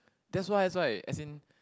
that's why that's why as in